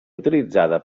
utilitzada